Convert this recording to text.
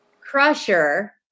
crusher